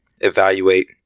evaluate